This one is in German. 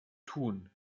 tun